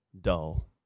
dull